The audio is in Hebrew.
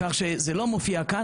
זה לא מופיע כאן,